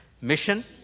mission